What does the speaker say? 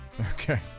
Okay